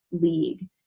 League